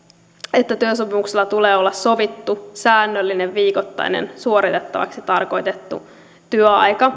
että työsopimuksella tulee olla sovittu säännöllinen viikoittainen suoritettavaksi tarkoitettu työaika